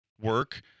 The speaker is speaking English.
Work